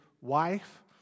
wife